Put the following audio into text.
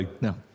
No